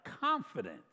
confidence